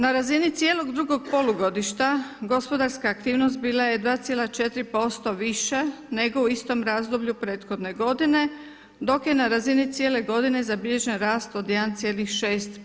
Na razini cijelog drugog polugodišta gospodarska aktivnost bila je 2,4% viša nego u istom razdoblju prethodne godine dok je na razini cijele godine zabilježen rast od 1,6%